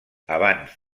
abans